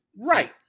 Right